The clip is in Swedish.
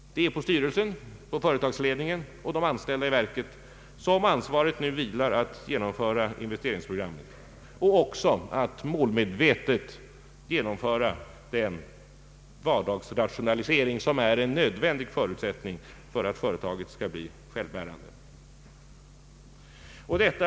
Det är på styrelsen, företagsledningen och de anställda i verket som ansvaret nu vilar att genomföra investeringsprogrammet, och även målmedvetet genomföra den vardagsrationalisering som är en nödvändig förutsättning för att företaget skall bli självbärande.